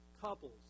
couples